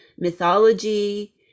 mythology